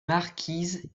marquises